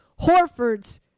Horford's